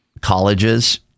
colleges